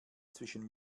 zwischen